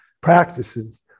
practices